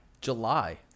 July